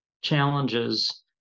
challenges